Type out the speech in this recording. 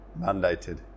mandated